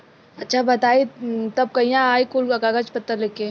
अच्छा बताई तब कहिया आई कुल कागज पतर लेके?